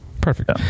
Perfect